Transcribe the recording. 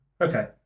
Okay